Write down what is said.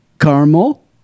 Caramel